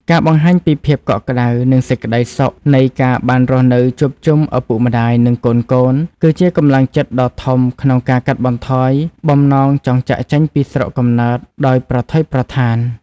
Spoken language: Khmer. ការបង្ហាញពីភាពកក់ក្ដៅ និងសេចក្ដីសុខនៃការបានរស់នៅជួបជុំឪពុកម្ដាយ និងកូនៗ គឺជាកម្លាំងចិត្តដ៏ធំក្នុងការកាត់បន្ថយបំណងចង់ចាកចេញពីស្រុកកំណើតដោយប្រថុយប្រថាន។